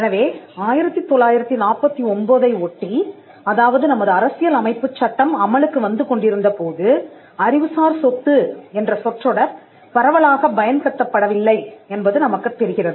எனவே 1949 ஐ ஒட்டி அதாவது நமது அரசியல் அமைப்புச் சட்டம் அமலுக்கு வந்துகொண்டிருந்தபோது அறிவுசார் சொத்து என்ற சொற்றொடர் பரவலாகப் பயன்படுத்தப்படவில்லை என்பது நமக்குத் தெரிகிறது